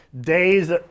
days